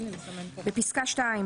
(2)בפסקה (2),